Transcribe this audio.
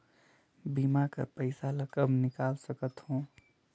बीमा कर पइसा ला कब निकाल सकत हो?